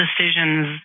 decisions